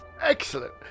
Excellent